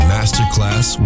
Masterclass